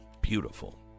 beautiful